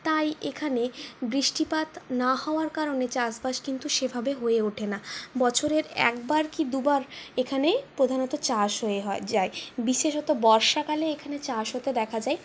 তাই এখানে বৃষ্টিপাত না হওয়ার কারণে চাষবাস কিন্তু সেভাবে হয়ে ওঠে না বছরের একবার কি দুবার এখানে প্রধানত চাষ হয়ে যায় বিশেষত বর্ষাকালে এখানে চাষ হতে দেখা যায়